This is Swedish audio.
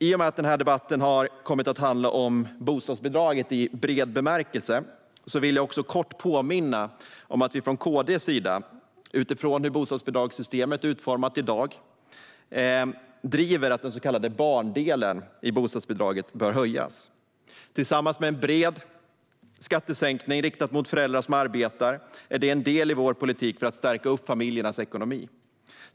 I och med att debatten har kommit att handla om bostadsbidraget i bred bemärkelse vill jag också kort påminna om att KD driver att den så kallade barndelen i bostadsbidraget bör höjas, utifrån hur bostadsbidragssystemet är utformat i dag. Tillsammans med en bred skattesänkning riktad mot föräldrar som arbetar är det en del i vår politik för att stärka familjernas ekonomi.